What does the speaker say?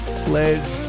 sledge